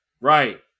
right